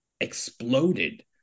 exploded